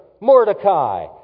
Mordecai